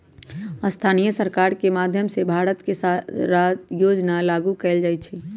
स्थानीय सरकार के माधयम से भारत के सारा योजना लागू कएल जाई छई